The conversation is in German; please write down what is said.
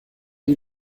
die